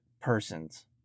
persons